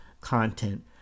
content